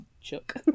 chuck